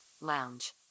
lounge